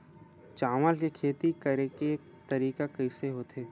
चावल के खेती करेके तरीका कइसे होथे?